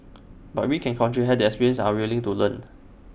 but we can contribute have the experience and are willing to learn